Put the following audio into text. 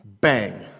Bang